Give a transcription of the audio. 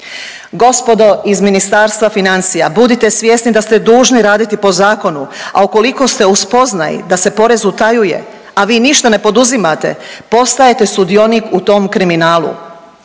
Gospodo iz Ministarstva financija budite svjesni da ste dužni raditi po zakonu, a ukoliko ste u spoznaji da se porez utajuje, a vi ništa ne poduzimate postajete sudionik u tom kriminalu.